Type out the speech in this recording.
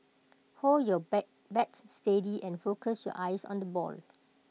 hold your bay bat steady and focus your eyes on the ball